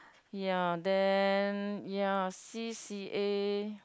ya then ya C_C_A